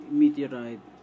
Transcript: meteorite